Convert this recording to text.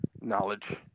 knowledge